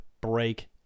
break